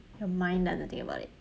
your mind doesn't think about it